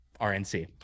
RNC